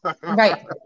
Right